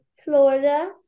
Florida